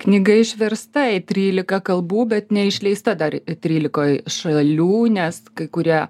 knyga išversta į trylika kalbų bet neišleista dar trylikoj šalių nes kai kurie